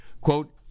quote